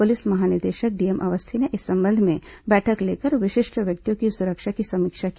police महानिदेशक DM Awasthi ने इस संबंध में बैठक लेकर विशिष्ट व्यक्तियों की सुरक्षा की समीक्षा की